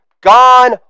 gone